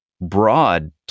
broad